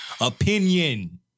Opinion